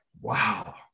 wow